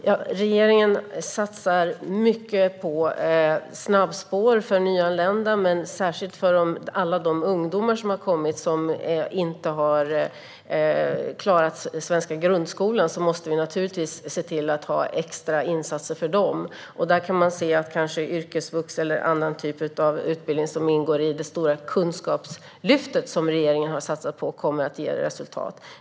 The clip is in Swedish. Herr talman! Regeringen satsar mycket på snabbspår för nyanlända. Särskilt för alla de ungdomar som har kommit och som inte har klarat den svenska grundskolan måste vi naturligtvis ha extra insatser. Där kanske yrkesvux eller någon annan typ av utbildning som ingår i det stora kunskapslyft som regeringen har satsat på kommer att ge resultat.